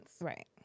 Right